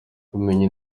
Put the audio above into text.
kumenya